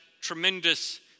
tremendous